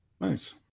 Nice